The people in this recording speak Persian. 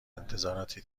انتظاراتی